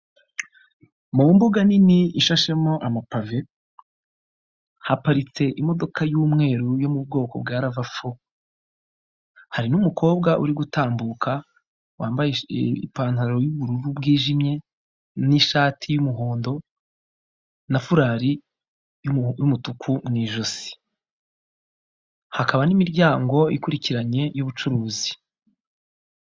Mu mbuga nini ishashemo amapave haparitse imodoka y'umweru yo mu bwoko bwa lavafo hari n'umukobwa uri gutambuka wambaye ipantaro y'ubururu bwijimye n'ishati y'umuhondo na furari y'umutuku mu ijosi, hakaba n'imiryango ikurikiranye y'ubucuruzi.